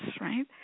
right